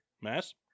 Mass